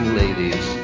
ladies